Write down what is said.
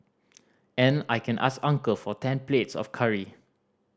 and I can ask uncle for ten plates of curry